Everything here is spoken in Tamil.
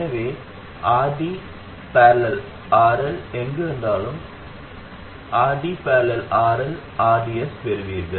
எனவே RD || RL எங்கிருந்தாலும் நீங்கள் RD || RL || rds பெறுவீர்கள்